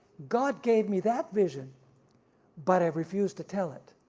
god gave me that vision but i've refused to tell it.